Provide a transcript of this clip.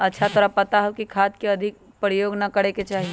अच्छा तोरा पता हाउ खाद के अधिक प्रयोग ना करे के चाहि?